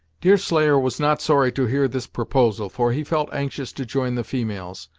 deerslayer was not sorry to hear this proposal, for he felt anxious to join the females,